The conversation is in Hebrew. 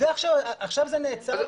עכשיו זה נעצר.